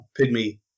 pygmy